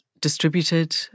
distributed